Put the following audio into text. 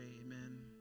amen